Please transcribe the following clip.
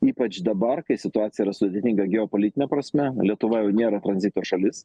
ypač dabar kai situacija yra sudėtinga geopolitine prasme lietuva jau nėra tranzito šalis